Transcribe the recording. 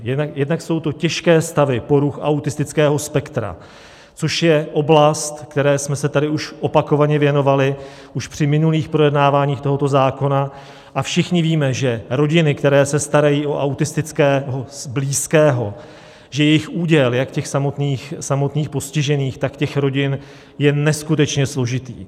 Jednak jsou to těžké stavy poruch autistického spektra, což je oblast, které jsme se tady už opakovaně věnovali při minulých projednáváních tohoto zákona, a všichni víme, že rodiny, které se starají o autistického blízkého, že jejich úděl jak těch samotných postižených, tak těch rodin je neskutečně složitý.